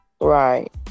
Right